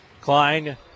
Klein